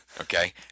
Okay